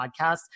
podcast